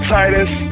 Titus